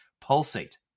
pulsate